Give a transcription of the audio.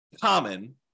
common